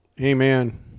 Amen